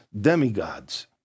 demigods